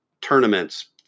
Tournaments